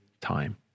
time